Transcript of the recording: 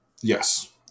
Yes